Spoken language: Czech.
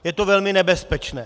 Je to velmi nebezpečné.